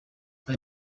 aya